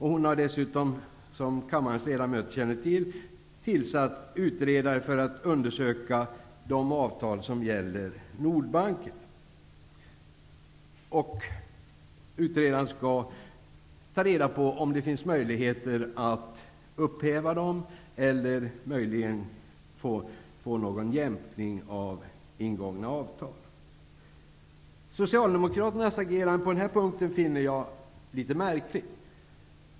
Hon har dessutom, som kammarens ledamöter känner till, tillsatt en utredare för att undersöka de avtal som gäller Nordbanken. Utredaren skall ta reda på om det finns möjligheter att upphäva avtalen eller möjligen få någon jämkning av ingångna avtal. Socialdemokraternas agerande på denna punkt finner jag litet märkligt.